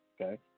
Okay